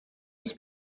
mis